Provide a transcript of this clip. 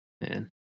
Man